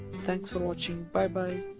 thanks for watching bye bye